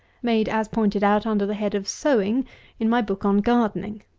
made as pointed out under the head of sowing in my book on gardening.